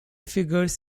figures